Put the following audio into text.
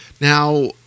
now